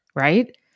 right